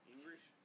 English